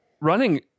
running